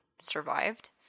survived